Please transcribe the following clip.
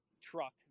truck